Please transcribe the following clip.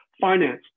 finance